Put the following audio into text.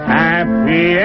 happy